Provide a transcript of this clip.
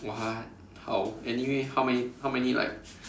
what how anyway how many how many like